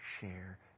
share